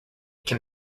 can